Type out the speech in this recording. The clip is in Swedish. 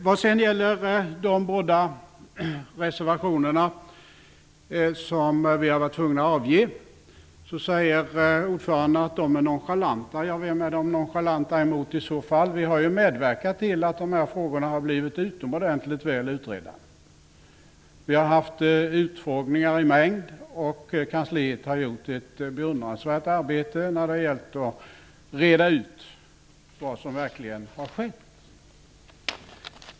Ordföranden säger att de båda reservationer som vi varit tvungna att avge är nonchalanta. Mot vem är de i så fall nonchalanta? Vi har ju medverkat till att dessa frågor har blivit utomordentligt väl utredda. Vi har anordnat utfrågningar i mängd, och kansliet har utfört ett beundransvärt arbete när det gällt att reda ut vad som verkligen har skett.